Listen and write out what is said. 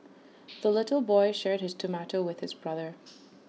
the little boy shared his tomato with his brother